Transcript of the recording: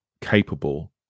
capable